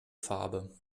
farbe